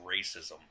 racism